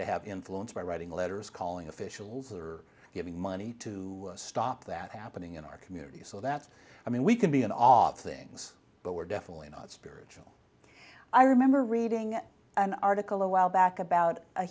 to have influence by writing letters calling officials or giving money to stop that happening in our community so that's i mean we can be an odd things but we're definitely not spirit i remember reading an article a while back about